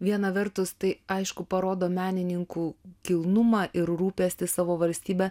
viena vertus tai aišku parodo menininkų kilnumą ir rūpestį savo valstybe